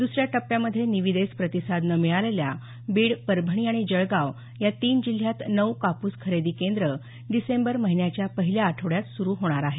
दुसऱ्या टप्प्यामध्ये निविदेस प्रतिसाद न मिळालेल्या बीड परभणी आणि जळगाव या तीन जिल्ह्यात नऊ कापूस खरेदी केंद्रं डिसेंबर महिन्याच्या पहिल्या आठवड्यात सुरु होणार आहेत